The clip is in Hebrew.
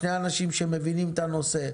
שני אנשים שמבינים את הנושא.